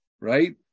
right